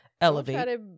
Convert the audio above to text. elevate